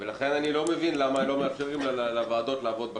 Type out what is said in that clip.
לכן אני לא מבין למה לא מאפשרים לוועדות לעבוד בכנסת.